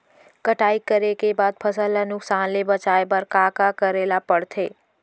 कटाई करे के बाद फसल ल नुकसान ले बचाये बर का का करे ल पड़थे?